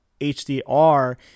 HDR